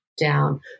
down